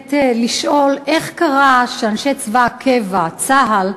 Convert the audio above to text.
באמת לשאול איך קרה שאנשי צבא הקבע, צה"ל,